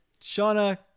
Shauna